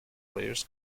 players